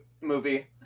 movie